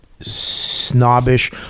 snobbish